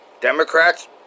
Democrats